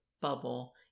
bubble